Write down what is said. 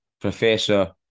professor